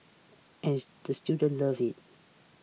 and the students love it